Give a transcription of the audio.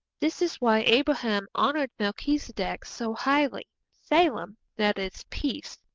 this is why abraham honoured melchizedek so highly. salem that is, peace.